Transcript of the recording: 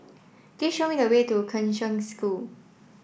please show me the way to Kheng Cheng School